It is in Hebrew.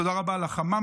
תודה רבה לחמ"מניקים,